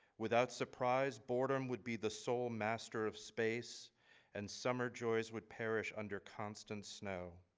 without surprise boredom would be the sole master of space and summer joy's would perish under constant snow.